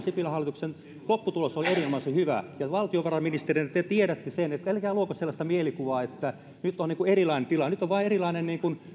sipilän hallituksen lopputulos oli erinomaisen hyvä ja valtiovarainministerinä te tiedätte sen niin että älkää luoko sellaista mielikuvaa että nyt on erilainen tilanne nyt on vain erilainen